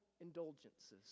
Indulgences